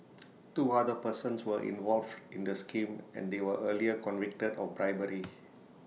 two other persons were involved in the scheme and they were earlier convicted of bribery